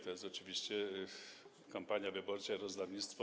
To jest oczywiście kampania wyborcza, rozdawnictwo.